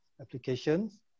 applications